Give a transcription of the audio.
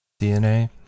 DNA